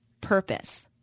purpose